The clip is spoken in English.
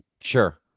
Sure